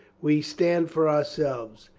we stand for ourselves.